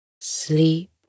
Sleep